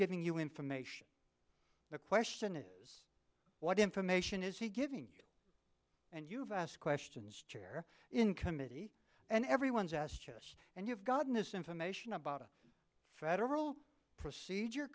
giving you information the question is what information is he giving you and you have asked questions chair in committee and everyone's asked us and you've gotten this information about a federal procedure